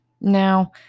Now